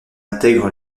intègre